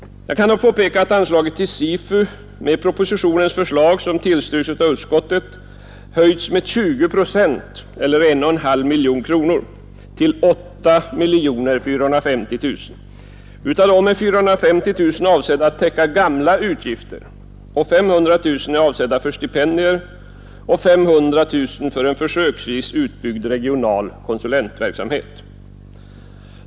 Jag kan påpeka att anslaget till SIFU med propositionens förslag, som tillstyrks av utskottet, höjs med 20 procent, eller 1,5 miljoner kronor, till 8 450 000 kronor. Av det beloppet är 450 000 kronor avsedda att täcka gamla utgifter, 500 000 för stipendier och 500 000 för en försöksvis utbyggd regional konsulentverksamhet.